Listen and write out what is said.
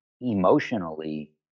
emotionally